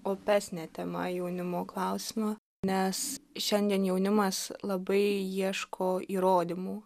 opesnė tema jaunimo klausimą nes šiandien jaunimas labai ieško įrodymų